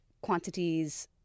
quantities